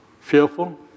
fearful